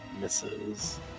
Misses